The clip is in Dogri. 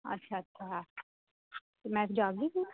अच्छा अच्छा में जाह्गी फिर